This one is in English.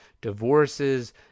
divorces